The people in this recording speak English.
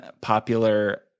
popular